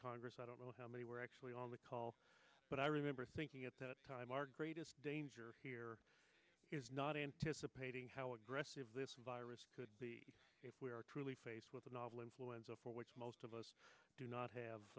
congress i don't know how many were actually on the call but i remember thinking at that time our greatest danger here is not anticipating how aggressive this virus could be if we are truly faced with a novel influenza for which most of us do not have